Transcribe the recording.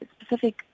specific